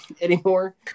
anymore